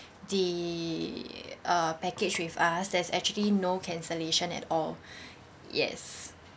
the uh package with us there's actually no cancellation at all yes